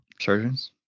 surgeons